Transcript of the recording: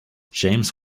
james